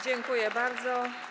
Dziękuję bardzo.